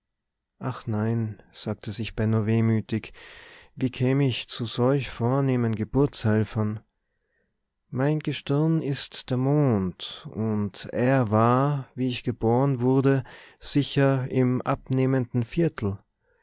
ach nein sagte sich benno wehmütig wie käm ich zu solch vornehmen geburtshelfern mein gestirn ist der mond und er war wie ich geboren wurde sicher im abnehmenden viertel